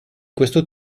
questo